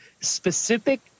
specific